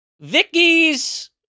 Vicky's